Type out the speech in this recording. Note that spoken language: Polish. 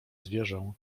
zwierzę